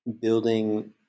building